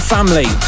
Family